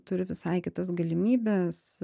turi visai kitas galimybes